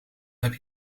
heb